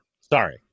Sorry